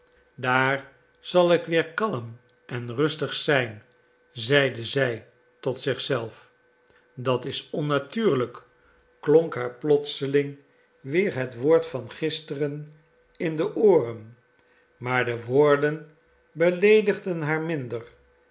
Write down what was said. daar zal ik weer kalm en rustig zijn zeide zij tot zich zelf dat is onnatuurlijk klonk haar plotseling weer het woord van gisteren in de ooren maar de woorden beleedigden haar minder